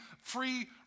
free